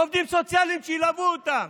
עובדים סוציאליים שילוו אותם.